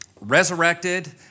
resurrected